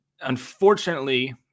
unfortunately